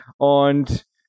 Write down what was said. und